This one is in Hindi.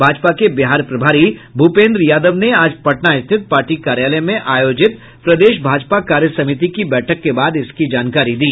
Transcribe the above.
भाजपा के बिहार प्रभारी भूपेन्द्र यादव ने आज पटना स्थित पार्टी कार्यालय में आयोजित प्रदेश भाजपा कार्यसमिति की बैठक के बाद इसकी जानकारी दी